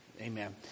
Amen